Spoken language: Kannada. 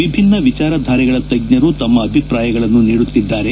ವಿಭಿನ್ನ ವಿಚಾರಧಾರೆಗಳ ತಜ್ಜರು ತಮ್ಮ ಅಭಿಪ್ರಾಯಗಳನ್ನು ನೀಡುತ್ತಿದ್ದಾರೆ